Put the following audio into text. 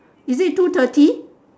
is it two thirty